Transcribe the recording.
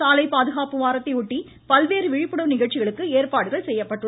சாலை பாதுகாப்பு வாரத்தையொட்டி பல்வேறு விழிப்புணர்வு நிகழ்ச்சிகளுக்கு ஏற்பாடுகள் செய்யப்பட்டுள்ளன